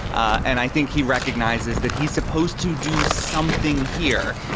and i think he recognizes that he's supposed to do something here.